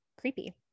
creepy